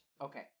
Okay